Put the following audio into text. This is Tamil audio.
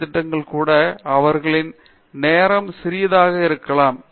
டி திட்டங்கள் கூட அவர்களின் நேரம் சிறியதாக இருக்கலாம்